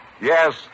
Yes